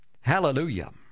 Hallelujah